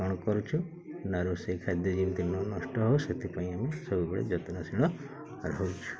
କ'ଣ କରୁଛୁ ନା ରୋଷେଇ ଖାଦ୍ୟ ଯେମିତି ଆମର ନଷ୍ଟ ହେବ ସେଥିପାଇଁ ଆମେ ସବୁବେଳେ ଯତ୍ନଶୀଳ ରହୁଛୁ